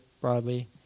broadly